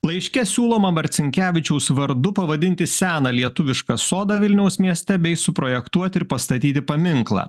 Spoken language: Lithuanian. laiške siūloma marcinkevičiaus vardu pavadinti seną lietuvišką sodą vilniaus mieste bei suprojektuoti ir pastatyti paminklą